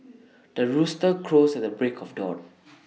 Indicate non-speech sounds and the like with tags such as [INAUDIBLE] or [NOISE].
the rooster crows at the break of dawn [NOISE]